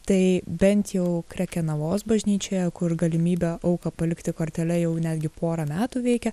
tai bent jau krekenavos bažnyčioje kur galimybė auką palikti kortele jau netgi pora metų veikia